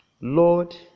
Lord